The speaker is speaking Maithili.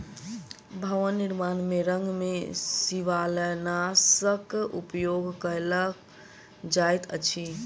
भवन निर्माण में रंग में शिवालनाशक उपयोग कयल जाइत अछि